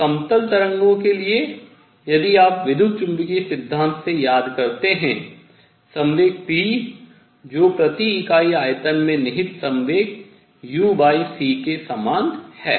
अब समतल तरंगों के लिए यदि आप विद्युत चुम्बकीय सिद्धांत से याद करते हैं संवेग p जो प्रति इकाई आयतन में निहित संवेग uc के समान है